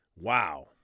Wow